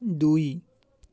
ଦୁଇ